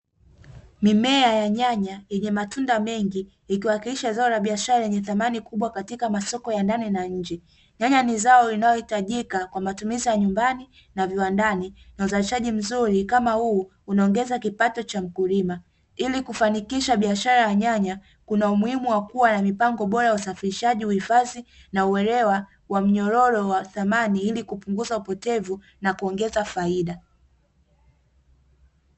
Mimea ya nyanya yenye matunda mengi ikiwakilisha zao la biashara yenye thamani kubwa katika masoko ya ndani na nje, nyanya i zao linalohitajika kwa matumizi ya nyumbani na viwandani, na uzalishaji mzuri kama huu unaongeza kipato cha mkulima, ili kufanikisha biashara ya nyanya. Kuna umuhimu wa kuwa na mipango bora ya usafirishaji uhifadhi, na uelewa wa mnyororo wa thamani ili kupunguza upotevu na kuongeza faida